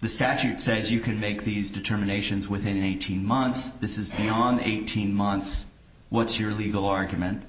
the statute says you can make these determinations within eighteen months this is beyond eighteen months what's your legal argument